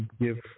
give